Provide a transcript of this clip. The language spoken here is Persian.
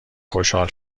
خوشحال